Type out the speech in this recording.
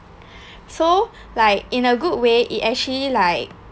so like in a good way it actually like